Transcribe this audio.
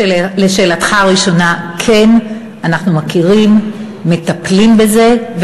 לשאלתך הראשונה, כן, אנחנו מכירים, מטפלים בזה.